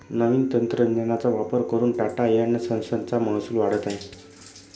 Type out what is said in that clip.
नवीन तंत्रज्ञानाचा वापर करून टाटा एन्ड संस चा महसूल वाढत आहे